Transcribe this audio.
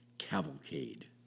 cavalcade